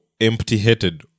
empty-headed